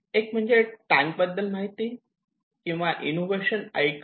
एक म्हणजे टँक बद्दल माहिती किंवा इनोव्हेशन ऐकणे